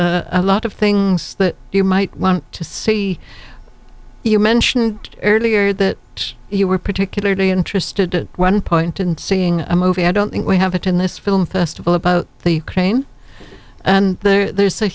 k a lot of things that you might want to see you mentioned earlier that you were particularly interested in one point in seeing a movie i don't think we have it in this film festival about the crane and there